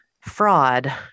fraud